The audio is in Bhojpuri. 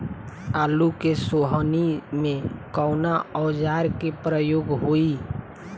आलू के सोहनी में कवना औजार के प्रयोग होई?